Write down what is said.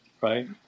Right